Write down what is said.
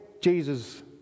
Jesus